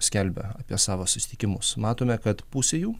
skelbia apie savo susitikimus matome kad pusė jų